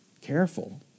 Careful